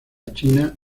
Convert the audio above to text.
china